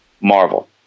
Marvel